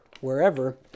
wherever